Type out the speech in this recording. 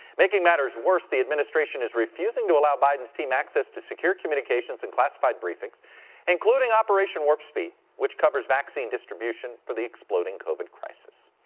making matters worse, the administration is refusing to allow biden's team access to secure communications and classified briefings including operation warp speed, which covers vaccination distribution for the exploding covid crisis.